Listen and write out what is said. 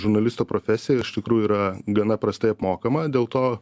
žurnalisto profesija iš tikrųjų yra gana prastai mokama dėl to